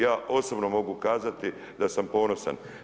Ja osobno mogu kazati da sam ponosan.